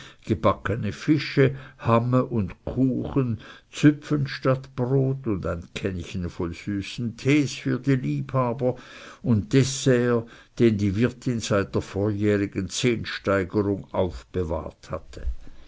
gebackene fische hamme und kuchen züpfen statt brot und ein kännchen voll süßen tees für die liebhaber und dessert den die wirtin seit der vorjährigen zehntsteigerung aufbewahrt hatte